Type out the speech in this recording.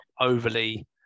overly